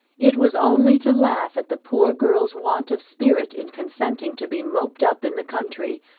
it was only to laugh at the poor girl's want of spirit in consenting to be moped up in the country,